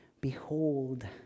Behold